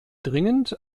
dringend